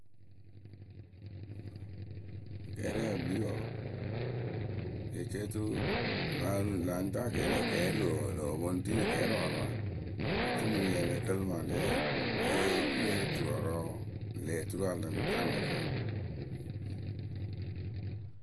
jeecee oturu la- la ŋ ta kɛɛ la kɛɛ loo- loo poŋ ri rǝ kɛɛrɔɔrɔɔɛ. otu mɨŋ ŋlǝ̈ lǝ kǝlɨ mɨ ŋwɨ aɖɛ lée yee turɔɔrɔɔ ŋlë oturu a lɨŋ taa nǝ kǝǝwǝ